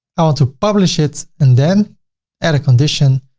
ah to publish it and then add a condition,